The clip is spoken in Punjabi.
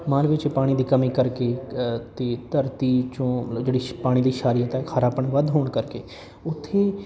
ਮਾਲਵੇ 'ਚ ਪਾਣੀ ਦੀ ਕਮੀ ਕਰਕੇ ਅਤੇ ਧਰਤੀ ਚੋਂ ਮਤਲਬ ਜਿਹੜੀ ਪਾਣੀ ਦੀ ਸ਼ਾਰੀਅਤ ਹੈ ਖਾਰਾਪਣ ਵੱਧ ਹੋਣ ਕਰਕੇ ਉੱਥੇ